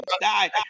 die